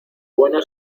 bueno